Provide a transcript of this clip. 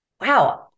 wow